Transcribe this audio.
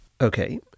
Okay